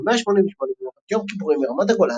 188 במלחמת יום הכיפורים ברמת הגולן,